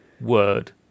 word